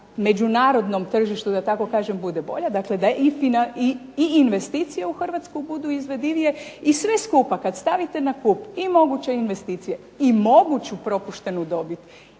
međunarodnom tržištu bude bolje, da i investicije u Hrvatsku budu izvedivije i sve skupa kada stavite na kup i moguće investicije i moguću propuštenu dobit